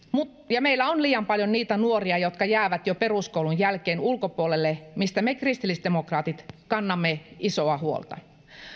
meillä on liian paljon nuoria jotka jäävät jo peruskoulun jälkeen ulkopuolelle mistä me kristillisdemokraatit kannamme isoa huolta